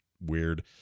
weird